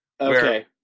Okay